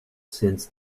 since